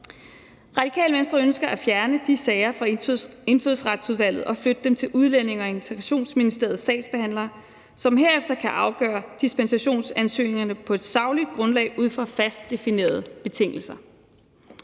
Radikale Venstre ønsker at fjerne de sager fra Indfødsretsudvalget og flytte dem til Udlændinge- og Integrationsministeriets sagsbehandlere, som herefter kan afgøre dispensationsansøgningerne på et sagligt grundlag ud fra fast definerede betingelser.